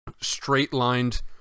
straight-lined